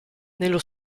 nello